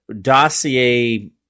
dossier